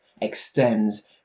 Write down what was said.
extends